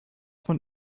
von